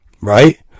Right